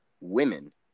women